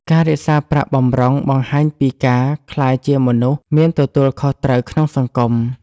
ការរក្សាប្រាក់បម្រុងបង្ហាញពីការក្លាយជាមនុស្សមានទទួលខុសត្រូវក្នុងសង្គម។